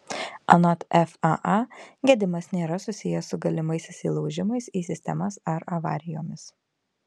anot faa gedimas nėra susijęs su galimais įsilaužimais į sistemas ar avarijomis